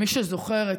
מי שזוכר,